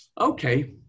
okay